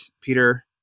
Peter